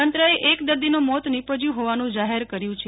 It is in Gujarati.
તંત્રએ એક દર્દીનું મોત નીપજયું હોવાનું જાહેર કર્યું છે